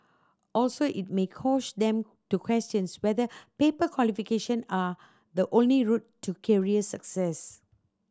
also it may them to question whether paper qualification are the only route to career success